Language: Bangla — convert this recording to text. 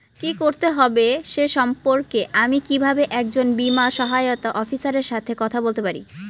কী করতে হবে সে সম্পর্কে আমি কীভাবে একজন বীমা সহায়তা অফিসারের সাথে কথা বলতে পারি?